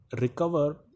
recover